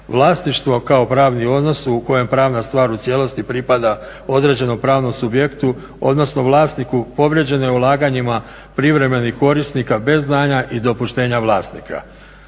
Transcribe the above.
Vlasništvo kao pravni odnos u kojem pravna stvar u cijelosti pripada određenom pravnom subjektu, odnosno vlasniku povrijeđene ulaganjima privremenih korisnika bez znanja i dopuštenja vlasnika.